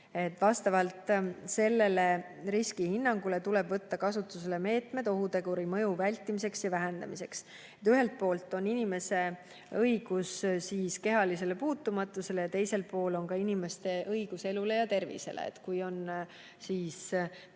Vastavalt riskihinnangule tuleb võtta kasutusele meetmed ohuteguri mõju vältimiseks ja vähendamiseks. Ühelt poolt on inimestel õigus kehalisele puutumatusele, aga teiselt poolt on inimestel õigus elule ja tervisele. Kui [töötajate